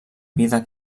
vida